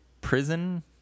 prison